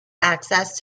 access